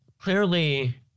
clearly